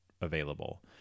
available